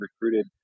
recruited